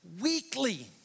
weekly